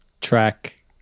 track